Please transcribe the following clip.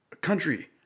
country